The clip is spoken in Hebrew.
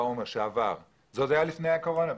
עוד לפני הקורונה,